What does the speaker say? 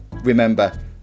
remember